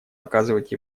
оказывать